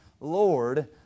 Lord